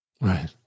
right